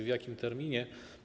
W jakim terminie?